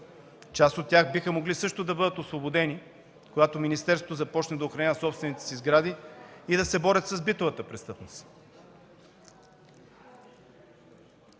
Част от тях биха могли също да бъдат освободени, когато министерството започне да охранява собствените си сгради, и да се борят с битовата престъпност.